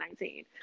2019